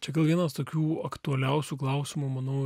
čia gal vienas tokių aktualiausių klausimų manau